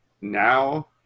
now